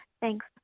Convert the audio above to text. thanks